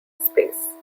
space